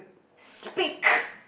speak